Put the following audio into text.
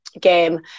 Game